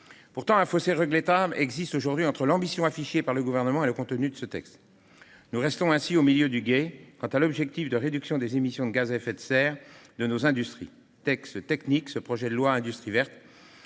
Pourtant, un fossé regrettable existe entre l'ambition affichée par le Gouvernement et le contenu de ce texte. Nous restons au milieu du gué quant à l'objectif de réduction des émissions de gaz à effet de serre de nos industries. Texte technique, ce projet de loi relatif